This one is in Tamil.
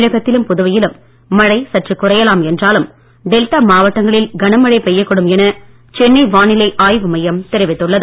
தமிழகத்திலும் புதுவையிலும் மழை சற்று குறையலாம் என்றாலும் டெல்டா மாவட்டங்களில் கனமழை பெய்யக்கூடும் என சென்னை வானிலை ஆய்வு மையம் தெரிவித்துள்ளது